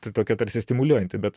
tai tokia tarsi stimuliuojanti bet